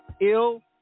ill